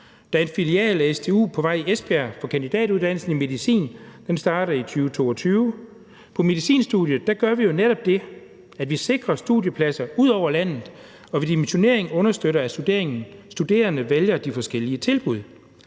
er en filial af SDU på vej i Esbjerg med kandidatuddannelsen i medicin, og den starter i 2022. På medicinstudiet gør vi jo netop det, at vi sikrer studiepladser ud over landet og med dimensioneringen understøtter, at de studerende vælger de forskellige tilbud.